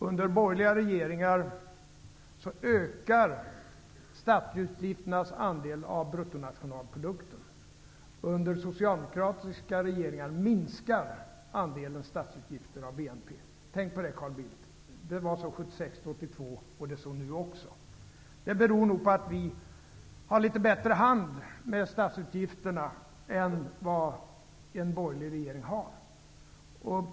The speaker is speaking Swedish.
Under borgerliga regeringar ökar statsutgifternas andel av bruttonationalprodukten. Under socialdemokratiska regeringar minskar andelen statsutgifter av BNP. Tänk på det Carl Bildt! Så var det under åren 1976 till 1982, och så är det nu också. Det beror nog på att Socialdemokraterna har litet bättre hand med statsutgifterna, än en borgerlig regering.